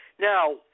Now